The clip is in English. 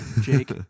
Jake